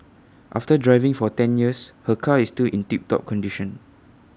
after driving for ten years her car is still in tip top condition